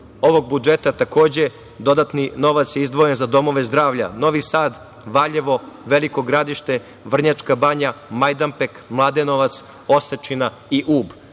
ovog budžeta, takođe, dodatni novac je izdvojen za domove zdravlja Novi Sad, Valjevo, Veliko Gradište, Vrnjačka banja, Majdanpek, Mladenovac, Osečina i